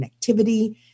connectivity